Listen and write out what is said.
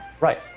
Right